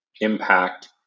impact